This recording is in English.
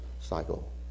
cycle